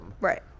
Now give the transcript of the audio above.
Right